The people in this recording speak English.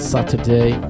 Saturday